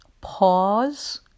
Pause